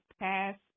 pass